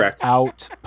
out